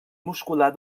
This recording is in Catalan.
muscular